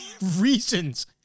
reasons